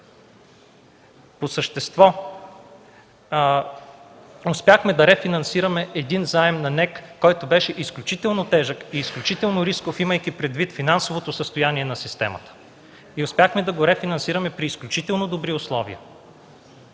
По същество успяхме да рефинансираме един заем на НЕК, който беше изключително тежък и изключително рисков, имайки предвид финансовото състояние на системата. И успяхме да го рефинансираме при изключително добри условия,